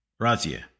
Razia